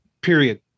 period